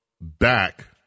back